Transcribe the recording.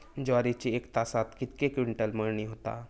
ज्वारीची एका तासात कितके क्विंटल मळणी होता?